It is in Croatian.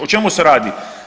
O čemu se radi?